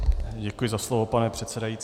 Děkuji za slovo, pane předsedající.